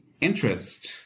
interest